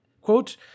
quote